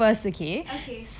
okay